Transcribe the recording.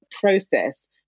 process